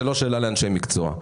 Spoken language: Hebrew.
זאת לא שאלה לאנשי המקצוע.